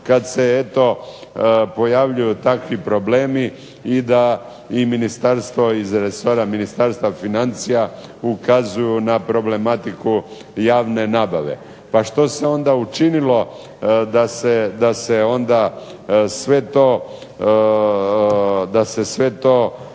kad se eto pojavljuju takvi problemi i da i ministarstvo iz resora Ministarstva financija ukazuju na problematiku javne nabave. Pa što se onda učinilo da se sve to preduhitri